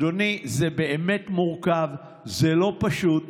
אדוני, זה באמת מורכב, זה לא פשוט.